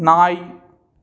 நாய்